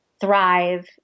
thrive